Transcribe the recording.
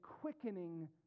quickening